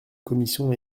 commission